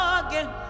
again